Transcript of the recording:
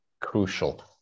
crucial